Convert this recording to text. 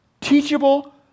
teachable